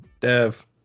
dev